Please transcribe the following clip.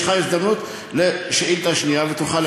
יש לך הזדמנות לשאילתה שנייה ותוכל,